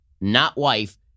not-wife